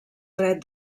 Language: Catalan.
dret